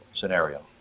scenario